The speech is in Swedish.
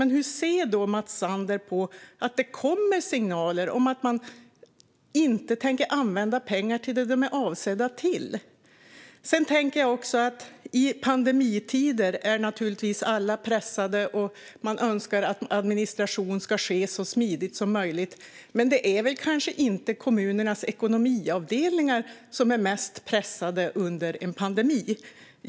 Men hur ser då Mats Sander på att det kommer signaler om att man inte tänker använda pengar till det som de är avsedda för? Jag tänker också att alla naturligtvis är pressade i pandemitider, och man önskar att administration ska ske så smidigt som möjligt. Men det är väl kanske inte kommunernas ekonomiavdelningar som är mest pressade under en pandemi?